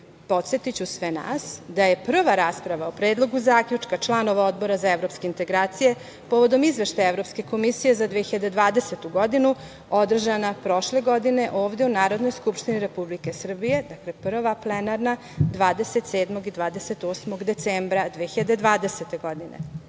godine. Podsetiću sve nas da je prva rasprava o Predlogu zaključka članova Odbora za evropske integracije povodom Izveštaja Evropske komisije za 2020. godinu održana ovde u Narodnoj skupštini Republike Srbije, dakle, prva plenarna, 27. i 28. decembra 2020. godine. Da